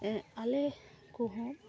ᱟᱞᱮᱠᱚᱦᱚᱸ